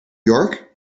york